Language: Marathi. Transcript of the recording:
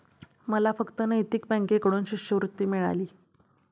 मला फक्त नैतिक बँकेकडून शिष्यवृत्ती मिळाली